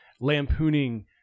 lampooning